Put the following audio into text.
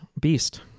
beast